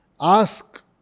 ask